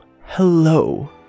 Hello